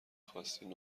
خواستین